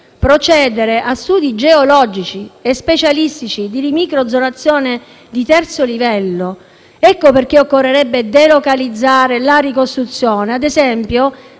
procedere a studi geologici e specialistici di microzonazione di terzo livello. Ecco perché occorrerebbe delocalizzare la ricostruzione, ad esempio